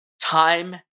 time